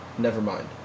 Nevermind